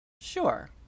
sure